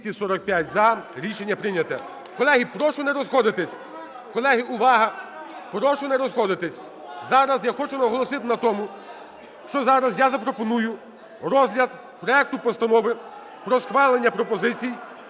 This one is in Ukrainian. Прошу не розходитися. Зараз я хочу наголосити на тому, що зараз я запропоную розгляд проекту Постанови про схвалення пропозицій